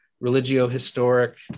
religio-historic